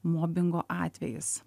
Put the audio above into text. mobingo atvejis